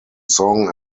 song